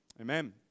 Amen